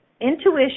intuition